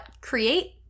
create